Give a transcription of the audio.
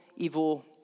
evil